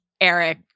Eric